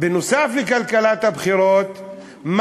נוסף על כלכלת הבחירות,